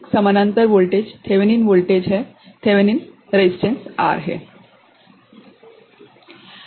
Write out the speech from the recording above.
तो फिर से एक समानांतर वोल्टेज थेवेनिन वोल्टेज है थेवेनिन प्रतिरोध R है